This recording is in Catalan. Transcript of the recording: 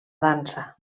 dansa